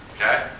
Okay